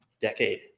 decade